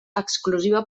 exclusiva